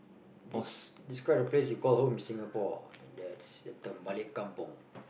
des~ describe the place you call home Singapore and that's the term balik kampung